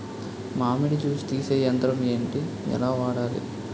మామిడి జూస్ తీసే యంత్రం ఏంటి? ఎలా వాడాలి?